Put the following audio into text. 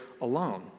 alone